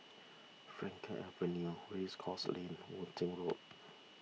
Frankel Avenue Race Course Lane Worthing Road